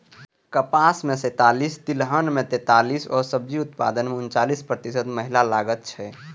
कपास मे सैंतालिस, तिलहन मे पैंतालिस आ सब्जी उत्पादन मे उनचालिस प्रतिशत महिला लागल छै